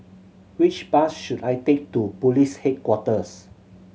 which bus should I take to Police Headquarters